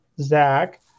Zach